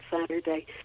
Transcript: Saturday